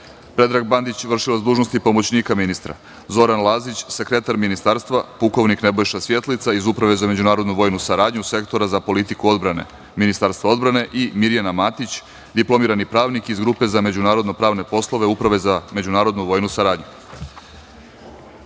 Predrag Bandić, vršilac dužnosti pomoćnika ministra, Zoran Lazić, sekretar Ministarstva, pukovnik Nebojša Svjetlica iz Uprave za međunarodnu vojnu saradnju Sektora za politiku odbrane Ministarstva odbrane i Mirjana Matić, diplomirani pravnik iz Grupe za međunarodno pravne poslove Uprave za međunarodnu vojnu saradnju. Molim